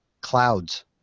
Clouds